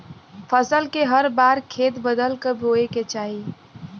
फसल के हर बार खेत बदल क बोये के चाही